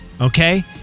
okay